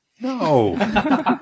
No